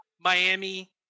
Miami –